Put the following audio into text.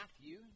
Matthew